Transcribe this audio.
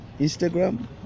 Instagram